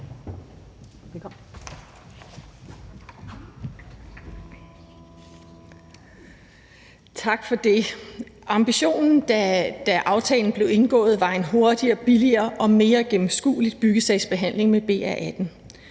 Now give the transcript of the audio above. Tak for det. Ambitionen med BR18, da aftalen blev indgået, var en hurtigere, billigere og mere gennemskuelig byggesagsbehandling.